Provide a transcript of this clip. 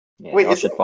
Wait